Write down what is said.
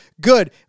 good